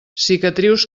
cicatrius